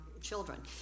children